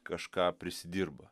kažką prisidirba